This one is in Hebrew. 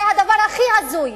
זה הדבר הכי הזוי